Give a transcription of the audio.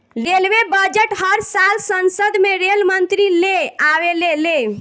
railway budget हर साल संसद में रेल मंत्री ले आवेले ले